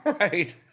Right